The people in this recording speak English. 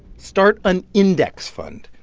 start an index fund.